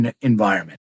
environment